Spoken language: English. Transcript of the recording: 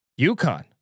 UConn